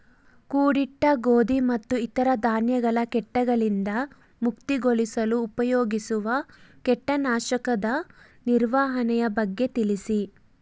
ಕೂಡಿಟ್ಟ ಗೋಧಿ ಮತ್ತು ಇತರ ಧಾನ್ಯಗಳ ಕೇಟಗಳಿಂದ ಮುಕ್ತಿಗೊಳಿಸಲು ಉಪಯೋಗಿಸುವ ಕೇಟನಾಶಕದ ನಿರ್ವಹಣೆಯ ಬಗ್ಗೆ ತಿಳಿಸಿ?